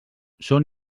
són